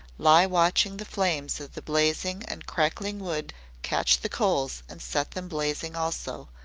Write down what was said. lie watching the flames of the blazing and crackling wood catch the coals and set them blazing also,